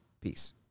Peace